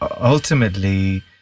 ultimately